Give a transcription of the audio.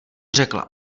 řekla